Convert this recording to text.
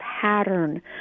pattern